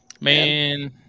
Man